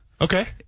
Okay